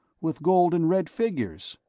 with gold and red figures.